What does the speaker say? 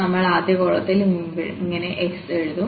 നമ്മൾആദ്യ കോളത്തിൽ ഇങ്ങനെ xഎഴുതും